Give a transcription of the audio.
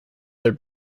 their